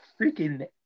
freaking